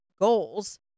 goals